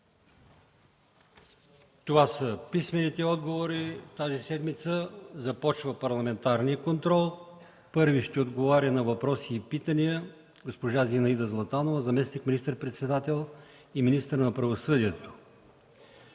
Това са писмените отговори тази седмица. Започва парламентарният контрол. Първи ще отговаря на въпроси и питания госпожа Зинаида Златанова – заместник министър-председател и министър на правосъдието.